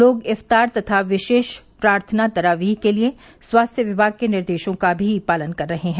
लोग इफ्तार तथा विशेष प्रार्थना तरावीह के लिए स्वास्थ्य विभाग के निर्देशों का भी पालन कर रहे हैं